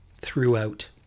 throughout